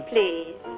Please